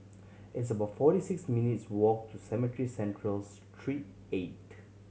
it's about forty six minutes' walk to Cemetry Central Street Eight